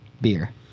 beer